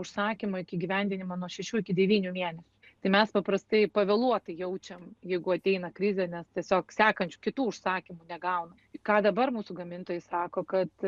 užsakymo iki įgyvendinimo nuo šešių iki devynių mėnesių tai mes paprastai pavėluotai jaučiam jeigu ateina krizė nes tiesiog sekančių kitų užsakymų negaunam ką dabar mūsų gamintojai sako kad